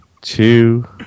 two